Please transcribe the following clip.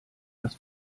das